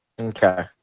Okay